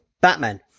Batman